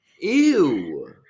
Ew